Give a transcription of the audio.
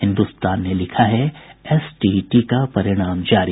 हिन्दुस्तान ने लिखा है एसटीईटी का परिणाम जारी